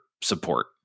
support